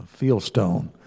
Fieldstone